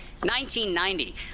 1990